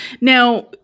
Now